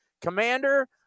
Commander